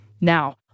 Now